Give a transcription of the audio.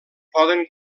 poden